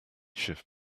shift